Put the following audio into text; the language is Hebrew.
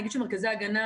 אני אומר שמרכזי ההגנה